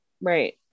right